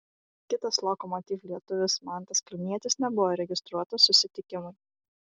kitas lokomotiv lietuvis mantas kalnietis nebuvo registruotas susitikimui